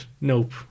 nope